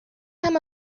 him